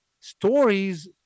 stories